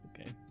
Okay